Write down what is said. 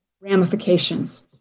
ramifications